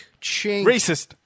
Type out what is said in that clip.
Racist